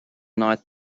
night